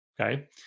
Okay